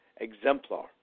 exemplar